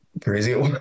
crazy